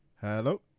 Hello